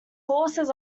horses